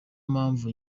mpamvu